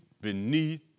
beneath